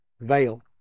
veil